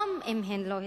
גם אם הן לא התקבלו.